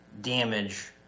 damage